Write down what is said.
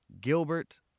Gilbert